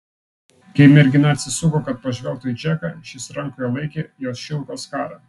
kai mergina atsisuko kad pažvelgtų į džeką šis rankoje laikė jos šilko skarą